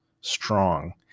strong